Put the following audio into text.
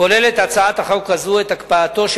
כוללת הצעת החוק הזאת את הקפאתו של